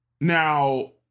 now